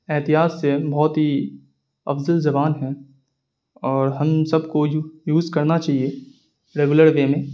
احتیاط سے بہت ہی افضل زبان ہے اور ہم سب کو یوز کرنا چاہیے ریگولر وے میں